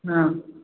ହଁ